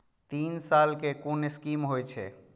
तीन साल कै कुन स्कीम होय छै?